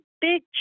big